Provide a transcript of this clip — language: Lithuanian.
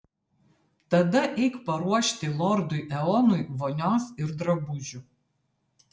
tada eik paruošti lordui eonui vonios ir drabužių